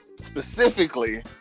Specifically